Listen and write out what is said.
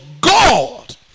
God